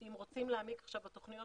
--- אם רוצים להעמיק עכשיו בתוכניות